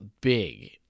big